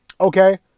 Okay